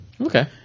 okay